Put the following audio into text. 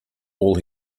all